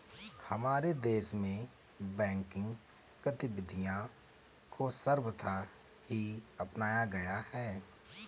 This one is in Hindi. हमारे देश में बैंकिंग गतिविधियां को सर्वथा ही अपनाया गया है